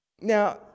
Now